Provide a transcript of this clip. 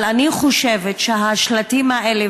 אבל אני חושבת שהשלטים האלה,